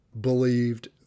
believed